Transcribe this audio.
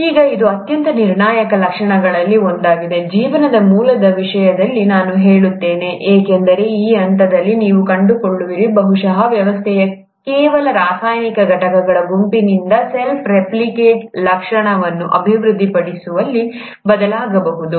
ಈಗ ಇದು ಅತ್ಯಂತ ನಿರ್ಣಾಯಕ ಲಕ್ಷಣಗಳಲ್ಲಿ ಒಂದಾಗಿದೆ ಜೀವನದ ಮೂಲದ ವಿಷಯದಲ್ಲಿ ನಾನು ಹೇಳುತ್ತೇನೆ ಏಕೆಂದರೆ ಈ ಹಂತದಲ್ಲಿ ನೀವು ಕಂಡುಕೊಳ್ಳುವಿರಿ ಬಹುಶಃ ವ್ಯವಸ್ಥೆಯು ಕೇವಲ ರಾಸಾಯನಿಕ ಘಟಕಗಳ ಗುಂಪಿನಿಂದ ಸೆಲ್ಫ್ ರೆಪ್ಲಿಕೇಟ್ ಲಕ್ಷಣವನ್ನು ಅಭಿವೃದ್ಧಿಪಡಿಸುವಲ್ಲಿ ಬದಲಾಗಬಹುದು